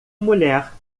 mulher